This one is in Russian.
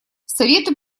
совету